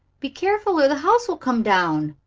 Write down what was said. be careful, or the house will come down!